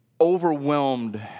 overwhelmed